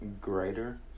greater